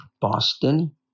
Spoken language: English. Boston